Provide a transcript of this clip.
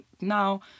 now